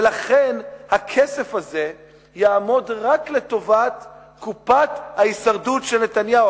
לכן הכסף הזה יעמוד רק לטובת קופת ההישרדות של נתניהו.